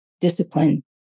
discipline